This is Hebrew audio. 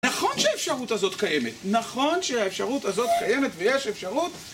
נכון שהאפשרות הזאת קיימת, נכון שהאפשרות הזאת קיימת ויש אפשרות..